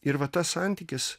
ir va tas santykis